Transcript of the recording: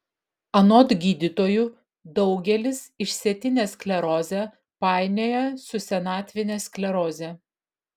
anot gydytojų daugelis išsėtinę sklerozę painioja su senatvine skleroze